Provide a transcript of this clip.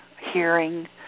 hearing